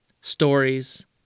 stories